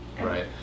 right